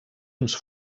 uns